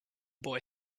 boy